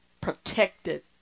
protected